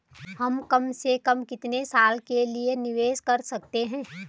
हम कम से कम कितने साल के लिए निवेश कर सकते हैं?